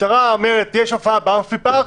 המשטרה אומרת יש הופעה באמפיפארק,